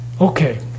Okay